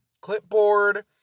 clipboard